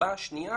הסיבה השנייה